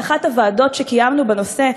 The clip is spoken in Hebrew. באחת מישיבות הוועדה שקיימנו בנושא,